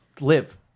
live